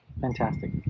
fantastic